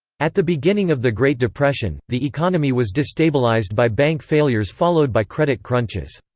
at the beginning of the great depression, the economy was destabilized by bank failures followed by credit crunches.